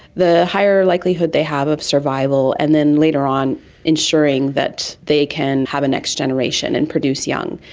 the higher likelihood they have of survival, and then later on ensuring that they can have a next generation and produce young.